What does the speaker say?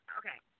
okay